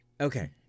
Okay